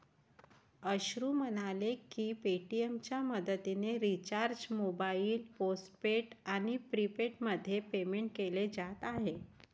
अश्रू म्हणाले की पेटीएमच्या मदतीने रिचार्ज मोबाईल पोस्टपेड आणि प्रीपेडमध्ये पेमेंट केले जात आहे